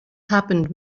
happened